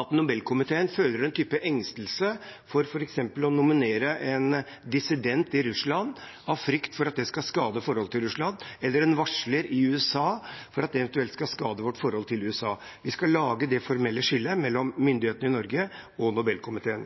at Nobelkomiteen føler en type engstelse for f.eks. å nominere en dissident i Russland, av frykt for at det skal skade forholdet til Russland, eller en varsler i USA, av frykt for at det eventuelt skal skade vårt forhold til USA. Vi skal lage det formelle skillet mellom myndighetene i Norge og Nobelkomiteen.